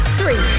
three